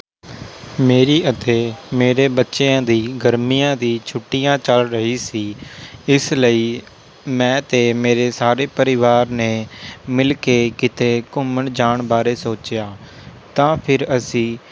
ਮੇਰੀ ਅਤੇ ਮੇਰੇ ਬੱਚਿਆਂ ਦੀ ਗਰਮੀਆਂ ਦੀਆਂ ਛੁੱਟੀਆਂ ਚੱਲ ਰਹੀਆਂ ਸੀ ਇਸ ਲਈ ਮੈਂ ਅਤੇ ਮੇਰੇ ਸਾਰੇ ਪਰਿਵਾਰ ਨੇ ਮਿਲ ਕੇ ਕਿਤੇ ਘੁੰਮਣ ਜਾਣ ਬਾਰੇ ਸੋਚਿਆ ਤਾਂ ਫਿਰ ਅਸੀਂ